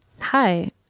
Hi